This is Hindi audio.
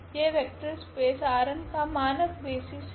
यह वेक्टर स्पेस Rn का मानक बेसिस है